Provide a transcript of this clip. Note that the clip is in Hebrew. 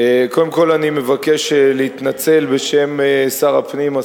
קודם כול אני מבקש להתנצל בשם שר הפנים,